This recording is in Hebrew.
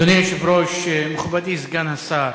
אדוני היושב-ראש, מכובדי סגן השר,